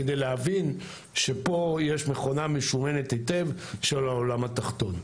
כדי להבין שפה יש מכונה משומנת היטב של העולם התחתון,